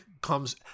comes